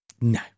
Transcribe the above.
No